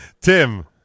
Tim